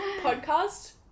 Podcast